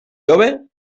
jove